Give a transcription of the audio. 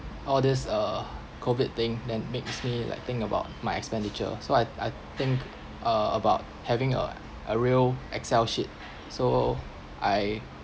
all this uh COVID thing then makes me like think about my expenditure so I I think uh about having a a real excel sheet so I